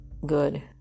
good